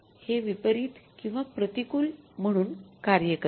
हे विपरीत किंवा प्रतिकूल म्हणून कार्य करते